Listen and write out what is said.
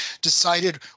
decided